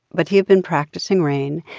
but he had been practicing rain,